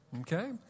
Okay